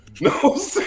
No